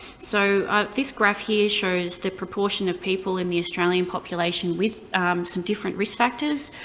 so this graph here shows the proportion of people in the australian population with some different risk factors.